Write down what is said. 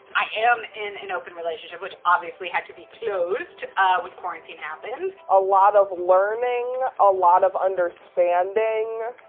i am in an open relationship, which obviously had to be closed when quarantine happened. a lot of learning, a lot of understanding,